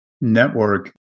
network